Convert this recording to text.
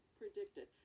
predicted